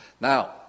Now